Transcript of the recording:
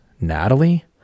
Natalie